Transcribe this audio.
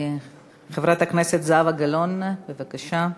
חברת הכנסת זהבה גלאון, בבקשה.